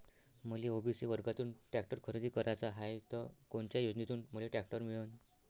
मले ओ.बी.सी वर्गातून टॅक्टर खरेदी कराचा हाये त कोनच्या योजनेतून मले टॅक्टर मिळन?